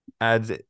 adds